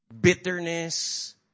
bitterness